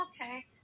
okay